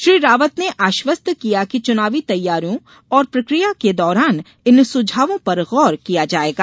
श्री रावत ने आश्वस्त किया की चुनावी तैयारियों और प्रक्रिया के दौरान इन सुझावों पर गौर किया जायेगा